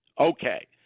Okay